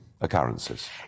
occurrences